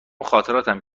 خاطراتم